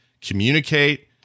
communicate